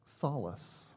solace